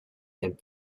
and